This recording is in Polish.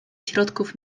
środków